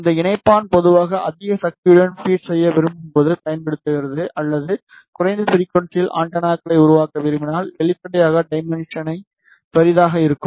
இந்த இணைப்பான் பொதுவாக அதிக சக்தியுடன் ஃபீட் செய்ய விரும்பும்போது பயன்படுத்தப்படுகிறது அல்லது குறைந்த ஃபிரிகுவன்சியில் ஆண்டெனாக்களை உருவாக்க விரும்பினால் வெளிப்படையாக டைமென்ஷன் பெரியதாக இருக்கும்